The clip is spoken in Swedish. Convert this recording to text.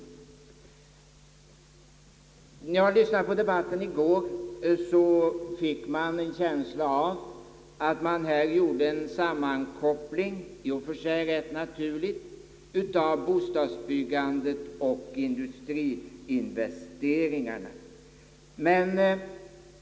När jag lyssnade till debatten i går, fick jag en känsla av att man gjorde en sammankoppling — i och för sig rätt naturlig — av bostadsbyggandet och industriinvesteringarna.